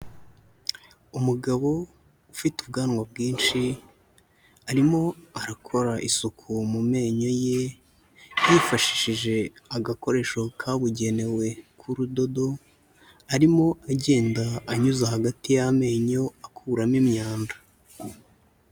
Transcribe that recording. Umugabo ufite ubwanwa bwinshi, arimo arakora isuku mu menyo ye, yifashishije agakoresho kabugenewe k'urudodo, arimo agenda anyuza hagati y'amenyo akuramo imyanda.